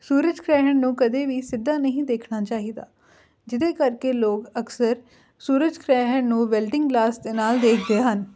ਸੂਰਜ ਗ੍ਰਹਿਣ ਨੂੰ ਕਦੇ ਵੀ ਸਿੱਧਾ ਨਹੀਂ ਦੇਖਣਾ ਚਾਹੀਦਾ ਜਿਹਦੇ ਕਰਕੇ ਲੋਕ ਅਕਸਰ ਸੂਰਜ ਗ੍ਰਹਿਣ ਨੂੰ ਵੈਲਡਿੰਗ ਗਲਾਸ ਦੇ ਨਾਲ਼ ਦੇਖਦੇ ਹਨ